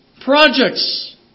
projects